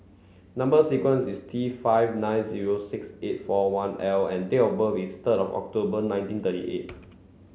number sequence is T five nine zero six eight four one L and date of birth is third of October nineteen thirty eight